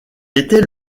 était